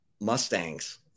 Mustangs